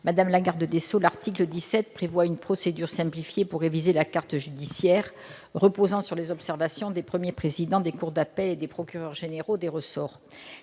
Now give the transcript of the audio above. Mme Josiane Costes. L'article 17 prévoit une procédure simplifiée pour réviser la carte judiciaire, reposant sur les observations des premiers présidents des cours d'appel et des procureurs généraux des ressorts.